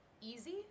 easy